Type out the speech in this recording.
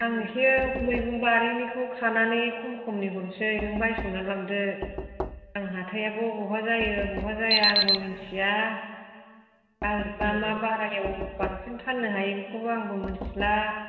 आं एसे मैगं बारिनिखौ खानानै खम खमनि हरनोसै नों बायस'नानै लांदो आं हाथायाबो बहा जायो बहा जाया आंबो मिन्थिया आर मा मा बारायाव बांसिन फाननो हायो बेखौबो आंबो मिन्थिला